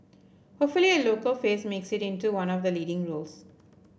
hopefully a local face makes it into one of the leading roles